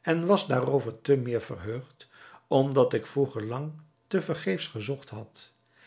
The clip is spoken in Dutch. en was daarover te meer verheugd omdat ik vroeger lang te vergeefs gezocht had